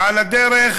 ועל הדרך